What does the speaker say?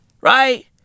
Right